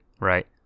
right